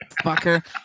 Fucker